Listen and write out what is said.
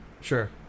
Sure